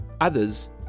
others